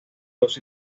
los